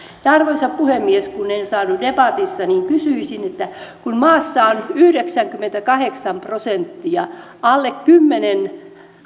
arvoisa puhemies kun en saanut debatissa puheenvuoroa niin kysyisin tästä että kun maassa on yhdeksänkymmentäkahdeksan prosenttia alle kymmenen